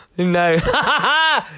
No